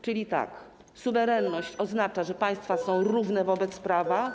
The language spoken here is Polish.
Czyli tak: suwerenność oznacza, że państwa są równe wobec prawa.